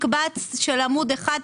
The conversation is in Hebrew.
מקבץ של עמוד אחד,